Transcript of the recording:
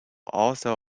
also